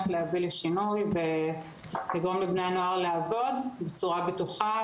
להביא לשינוי ויגרום לבני הנוער לעבוד בצורה בטוחה,